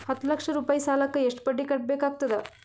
ಹತ್ತ ಲಕ್ಷ ರೂಪಾಯಿ ಸಾಲಕ್ಕ ಎಷ್ಟ ಬಡ್ಡಿ ಕಟ್ಟಬೇಕಾಗತದ?